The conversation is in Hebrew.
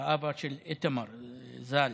אבא של איתמר ז"ל,